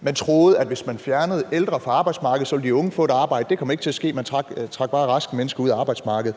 Man troede, at hvis man fjernede ældre fra arbejdsmarkedet, ville de unge få et arbejde. Det kom ikke til at ske, man trak bare raske mennesker ud af arbejdsmarkedet.